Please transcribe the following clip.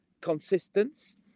consistence